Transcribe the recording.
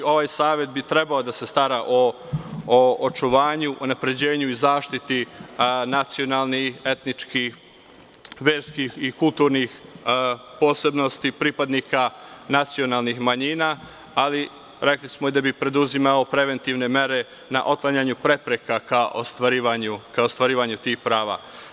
Ovaj savet bi trebalo da se stara o očuvanju, unapređenju i zaštiti nacionalnih, etničkih, verskih i kulturnih posebnosti pripadnika nacionalnih manjina, ali rekli smo da bi preduzimao preventivne mere na otklanjanju prepreka ka ostvarivanju tih prava.